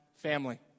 family